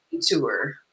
tour